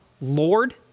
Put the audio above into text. Lord